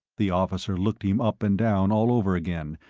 the officer looked him up and down all over again,